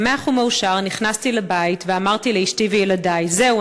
שמח ומאושר נכנסתי לבית ואמרתי לאשתי ולילדי: זהו,